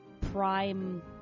prime